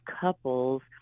couples